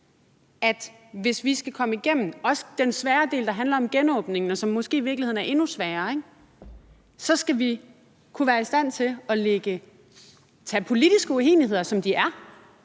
at hvis vi skal komme gennem også den svære del, der handler om genåbningen, og som måske i virkeligheden er endnu sværere, så skal vi kunne være i stand til at tage politiske uenigheder, som de er,